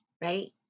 right